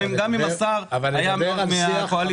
גם אם השר היה מהקואליציה.